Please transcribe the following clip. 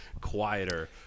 quieter